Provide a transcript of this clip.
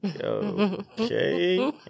okay